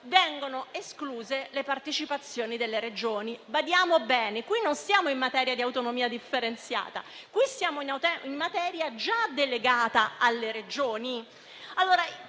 viene esclusa la partecipazione delle Regioni. Badiamo bene: qui non siamo in materia di autonomia differenziata, ma questa è una materia già delegata alle Regioni.